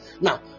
Now